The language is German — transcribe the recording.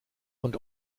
und